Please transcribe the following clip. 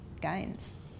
gains